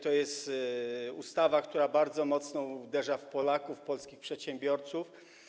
To jest ustawa, która bardzo mocno uderza w Polaków, w polskich przedsiębiorców.